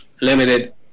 limited